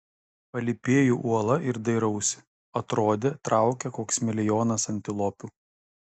palypėju uola ir dairausi atrodė traukia koks milijonas antilopių